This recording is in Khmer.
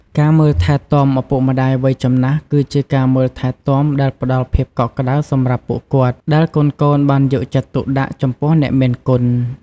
ការមើលថែទាំឪពុកម្ដាយវ័យចំណាស់គឺជាការមើលថែទាំដែលផ្តល់ភាពកក់ក្តៅសម្រាប់ពួកគាត់ ដែលកូនៗបានយកចិត្តទុកដាក់ចំពោះអ្នកមានគុណ។